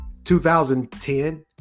2010